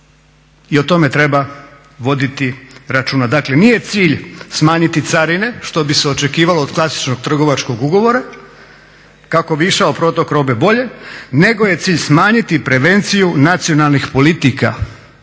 i o tome treba voditi računa. Dakle, nije cilj smanjiti carine što bi se očekivalo od klasičnog trgovačkog ugovora kako bi išao protok robe bolje, nego je cilj smanjiti prevenciju nacionalnih politika.